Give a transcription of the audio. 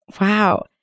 Wow